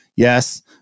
Yes